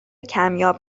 کمیاب